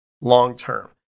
long-term